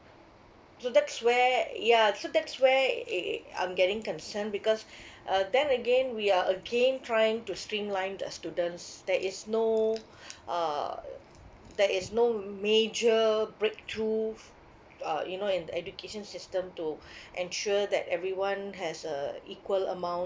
so that's where ya so that's where it it I'm getting concerned because uh then again we are again trying to streamline the students there is no uh there is no major breakthrough uh you know in education system to ensure that everyone has a equal amount